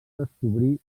descobrir